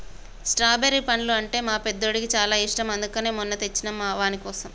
strawberry పండ్లు అంటే మా పెద్దోడికి చాలా ఇష్టం అందుకనే మొన్న తెచ్చినం వానికోసం